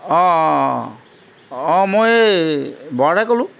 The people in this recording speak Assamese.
অঁ অঁ অঁ মই এই বৰাদাই ক'লোঁ